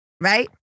right